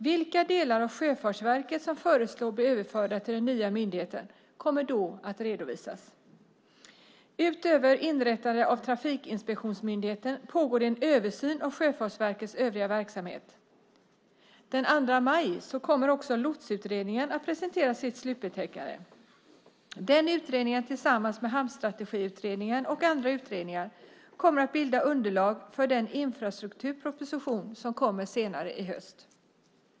Vilka delar av Sjöfartsverket som föreslås bli överförda till den nya myndigheten kommer då att redovisas. Utöver inrättandet av trafikinspektionsmyndigheten pågår en översyn av Sjöfartsverkets övriga verksamhet. Den 2 maj kommer Lotsutredningen att presentera sitt slutbetänkande. Den utredningen kommer tillsammans med Hamnstrategiutredningen och andra utredningar att bilda underlag för den infrastrukturproposition som kommer i höst.